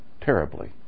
terribly